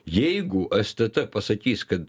jeigu aš stt pasakys kad